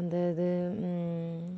அந்த இது